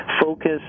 focus